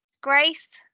Grace